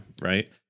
right